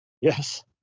Yes